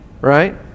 right